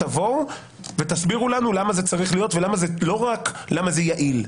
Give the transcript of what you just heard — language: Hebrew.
תבואו ותסבירו לנו למה זה צריך להיות ולא רק למה זה יעיל,